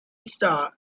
star